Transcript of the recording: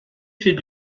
fait